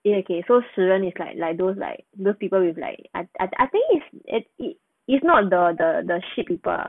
you know okay so 死人 is like like those like those people with like I I think is it it it's not the the shit people lah